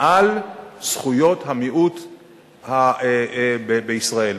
על זכויות המיעוט בישראל.